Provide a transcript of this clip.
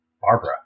Barbara